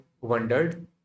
wondered